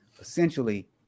essentially